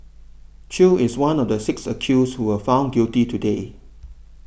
Chew is one of the six accused who was found guilty today